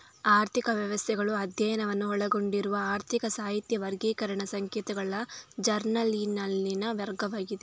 ಆರ್ಥಿಕ ವ್ಯವಸ್ಥೆಗಳು ಅಧ್ಯಯನವನ್ನು ಒಳಗೊಂಡಿರುವ ಆರ್ಥಿಕ ಸಾಹಿತ್ಯ ವರ್ಗೀಕರಣ ಸಂಕೇತಗಳ ಜರ್ನಲಿನಲ್ಲಿನ ವರ್ಗವಾಗಿದೆ